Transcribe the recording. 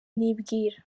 nibwira